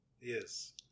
Yes